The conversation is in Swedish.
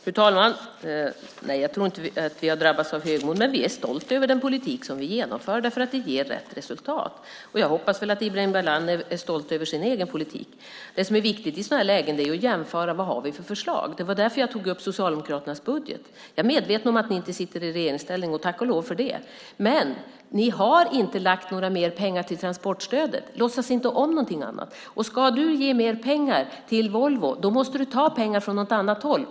Fru talman! Nej, jag tror inte att vi har drabbats av högmod, men vi är stolta över den politik som vi genomför därför att den ger rätt resultat. Och jag hoppas att Ibrahim Baylan är stolt över sin egen politik. Det som är viktigt i sådana här lägen är att jämföra våra förslag. Det var därför jag tog upp Socialdemokraternas budget. Jag är medveten om att ni inte sitter i regeringsställning, och tack och lov för det. Men ni har inte gett några mer pengar till transportstödet. Låtsas inte om någonting annat! Ska du ge mer pengar till Volvo måste du ta pengar från något annat håll.